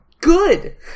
Good